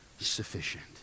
Sufficient